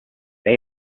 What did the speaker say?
say